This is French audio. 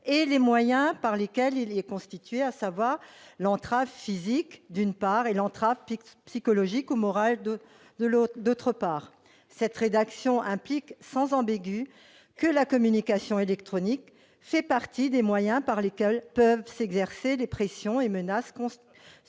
et les moyens par lesquels il est constitué, à savoir l'entrave physique, d'une part, et l'entrave psychologique ou morale, d'autre part. Cette rédaction implique sans ambiguïté que la communication électronique fait partie des moyens par lesquels peuvent s'exercer les pressions et les menaces constitutives